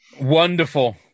Wonderful